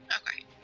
Okay